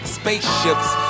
spaceships